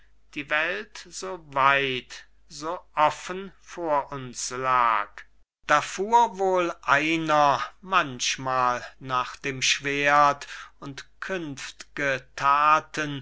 die welt so weit so offen vor uns lag da fuhr wohl einer manchmal nach dem schwert und künft'ge thaten